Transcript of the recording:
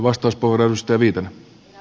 arvoisa puhemies